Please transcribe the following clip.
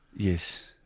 yes,